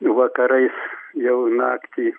vakarais jau naktį